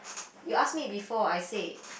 you ask me before I said